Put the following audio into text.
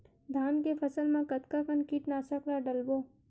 धान के फसल मा कतका कन कीटनाशक ला डलबो?